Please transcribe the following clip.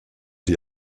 die